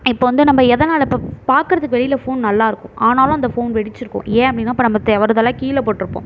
இப்போ வந்து நம்ம எதனால் இப்போ பார்க்குறதுக்கு வெளியில் ஃபோன் நல்லாயிருக்கும் ஆனாலும் அந்த ஃபோன் வெடிச்சுருக்கும் ஏன் அப்படினா இப்போ நம்ம தவறுதலாக கீழே போட்டிருப்போம்